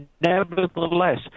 nevertheless